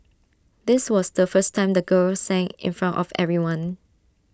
this was the first time the girl sang in front of everyone